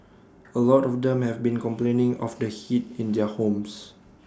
A lot of them have been complaining of the heat in their homes